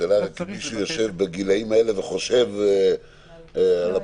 השאלה אם מישהו יושב בגילאים האלה וחושב על אפוטרופוס.